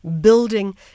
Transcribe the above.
building